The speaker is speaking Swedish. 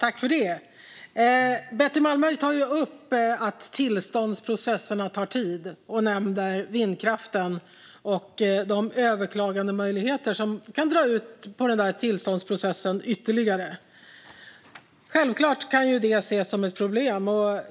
Fru talman! Betty Malmberg tog upp att tillståndsprocesserna tar tid och nämnde vindkraften och de överklagandemöjligheter som kan dra ut på tillståndsprocessen ytterligare. Självklart kan detta ses som ett problem.